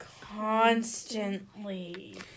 Constantly